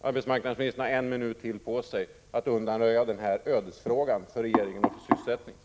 Arbetsmarknadsministern har en minut till på sig att undanröja den här ödesfrågan för regeringen och för sysselsättningen.